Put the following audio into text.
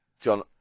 John